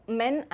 men